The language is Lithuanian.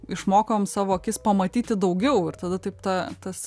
išmokom savo akis pamatyti daugiau ir tada taip ta tas